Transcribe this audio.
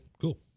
cool